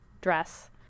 dress